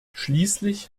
schließlich